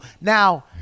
Now